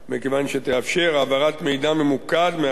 מכיוון שתאפשר העברת מידע ממוקד מהרשות